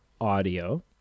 audio